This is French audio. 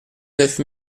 neuf